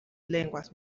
lenguas